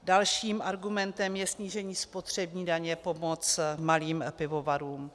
Dalším argumentem je snížení spotřební daně jako pomoc malým pivovarům.